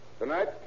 Tonight